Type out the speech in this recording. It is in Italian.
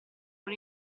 con